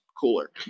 cooler